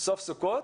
סוף סוכות.